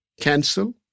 cancel